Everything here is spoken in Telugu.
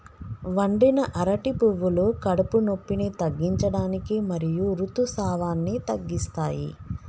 వండిన అరటి పువ్వులు కడుపు నొప్పిని తగ్గించడానికి మరియు ఋతుసావాన్ని తగ్గిస్తాయి